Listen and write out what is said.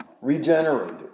regenerated